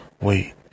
wait